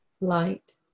light